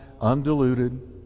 undiluted